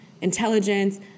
intelligence